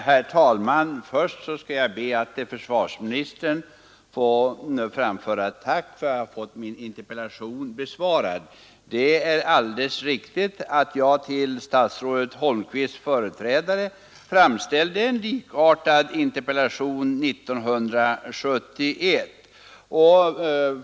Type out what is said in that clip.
Herr talman! Först vill jag tacka försvarsministern för att jag fått min interpellation besvarad. Det är riktigt, som statsrådet Holmqvist säger, att jag 1971 framställde en likartad interpellation till förutvarande försvarsministern.